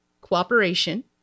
cooperation